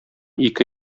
ике